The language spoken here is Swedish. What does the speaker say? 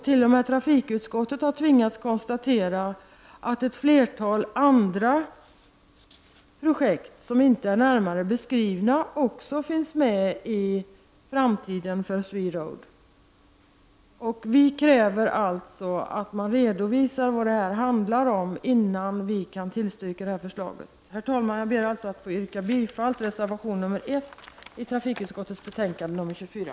T.o.m. trafikutskottet har tvingats konstatera att ett flertal andra projekt, som inte är beskrivna, finns med i framtiden för SweRoad. Vi kräver alltså att man redovisar vad det handlar om innan vi kan tillstyrka förslaget. Herr talman! Jag yrkar bifall till reservation 1 till trafikutskottets betänkande 24.